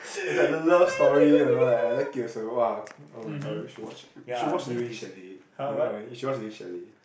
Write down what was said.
it's like the love story you know like I like it also [wah] oh-my-god you should watch should watch during chalet you know you should watch during chalet